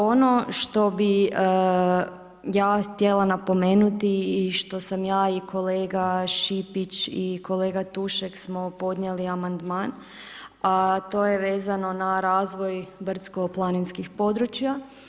Ono što bi ja htjela napomenuti i što sam ja i kolega Šipiš i kolega Tušek smo podnijeli amandman, a to je vezano na razvoj brdsko-planinskih područja.